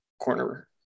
corner